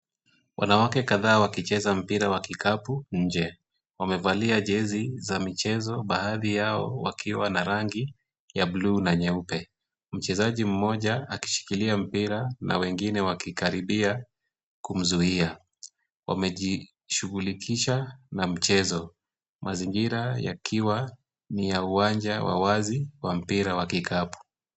Wanawake kadhaa wakicheza mpira wa kikapu nnje. Wamevalia jezi za mchezo baadhi yao wakiwa na rangi ya bluu na nyeupe. Mchezaji mmoja akishikilia mpira na wengine wakikaribia, kumzuia. Wamejishughulikisha na mchezo. Mazingira yakiwa ni ya uwanja wa wazi wa mpira wa kikapu.